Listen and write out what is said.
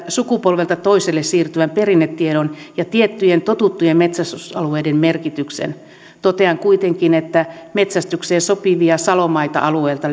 sukupolvelta toiselle siirtyvän perinnetiedon ja tiettyjen totuttujen metsästysalueiden merkityksen totean kuitenkin että metsästykseen sopivia salomaita alueelta